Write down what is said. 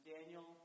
Daniel